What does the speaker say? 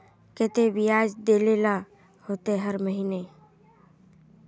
केते बियाज देल ला होते हर महीने?